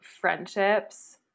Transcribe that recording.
friendships